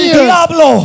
diablo